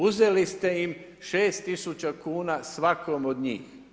Uzeli ste im 6000 kuna svakom od njih.